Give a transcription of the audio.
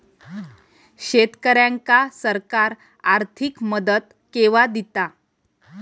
शेतकऱ्यांका सरकार आर्थिक मदत केवा दिता?